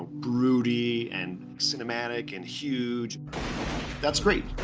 broody and cinematic and huge that's great!